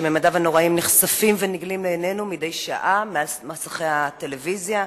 ממדיו הנוראים נחשפים ונגלים לעינינו מדי שעה מעל מסכי הטלוויזיה,